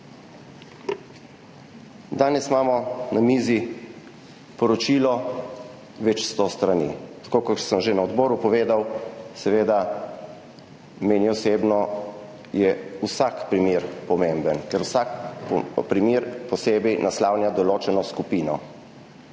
Danes imamo na mizi poročilo z več sto stranmi. Kot sem že na odboru povedal, je meni osebno vsak primer pomemben, ker vsak primer posebej naslavlja določeno skupino.